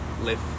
live